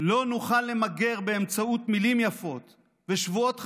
לא נוכל למגר באמצעות מילים יפות ושבועות חגיגיות.